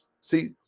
See